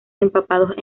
empapados